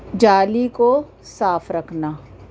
جالی کو صاف رکھنا